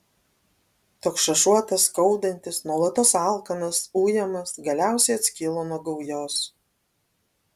toks šašuotas skaudantis nuolatos alkanas ujamas galiausiai atskilo nuo gaujos